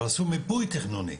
אבל עשו מיפוי תכנוני,